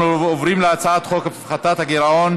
אנחנו עוברים להצעת חוק הפחתת הגירעון